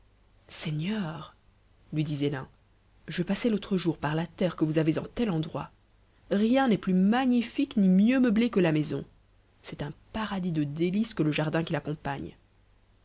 seigneur lui disait l'un je passais l'autre jour par la terre que vous avez en tel endroit rien n'est plus magnifique ni mieux meublé que la maison c'est un paradisdedélicesqmle jardin qui l'accompagne